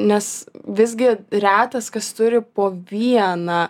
nes visgi retas kas turi po vieną